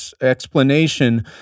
explanation